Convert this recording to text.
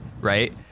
right